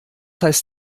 heißt